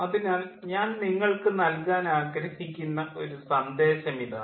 അതിനാൽ ഞാൻ നിങ്ങൾക്ക് നൽകാൻ ആഗ്രഹിക്കുന്ന ഒരു സന്ദേശം ഇതാണ്